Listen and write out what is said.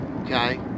okay